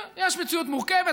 יש מציאות מורכבת.